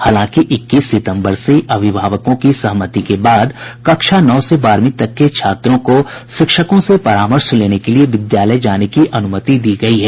हालांकि इक्कीस सितम्बर से अभिभावकों की सहमति के बाद कक्षा नौ से बारहवीं तक के छात्रों को शिक्षकों से परामर्श लेने के लिये विद्यालय जाने की अनुमति दी गयी है